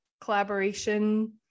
collaboration